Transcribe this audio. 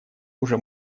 уже